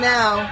now